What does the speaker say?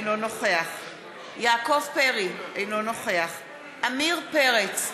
אינו נוכח יעקב פרי, אינו נוכח עמיר פרץ,